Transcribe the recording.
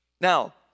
Now